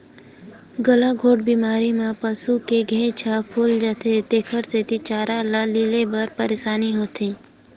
गलाघोंट बेमारी म पसू के घेंच ह फूल जाथे तेखर सेती चारा ल लीले म परसानी होथे